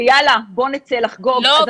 ויאללה בואו נצא לחגוג" -- לא,